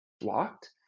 blocked